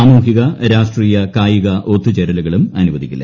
സാമൂഹിക രാഷ്ട്രീയ കായിക ഒത്തുചേരലുകളും അനു്വദിക്കില്ല